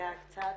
נרגע קצת.